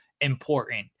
important